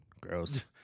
gross